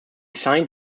signed